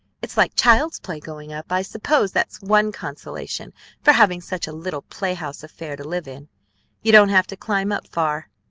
it's like child's play going up. i suppose that's one consolation for having such a little playhouse affair to live in you don't have to climb up far.